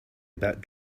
about